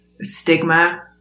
stigma